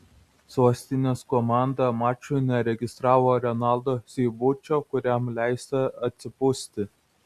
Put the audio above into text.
sostinės komanda mačui neregistravo renaldo seibučio kuriam leista atsipūsti